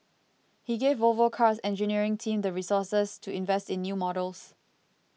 he gave Volvo Car's engineering team the resources to invest in new models